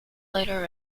later